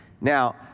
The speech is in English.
Now